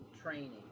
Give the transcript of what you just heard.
training